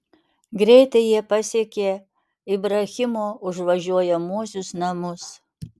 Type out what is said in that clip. greitai jie pasiekė ibrahimo užvažiuojamuosius namus